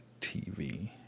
TV